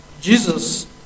Jesus